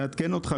רק לעדכן אותך,